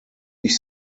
dich